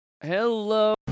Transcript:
Hello